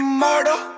murder